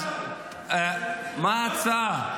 מה ההצעה?